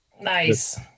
Nice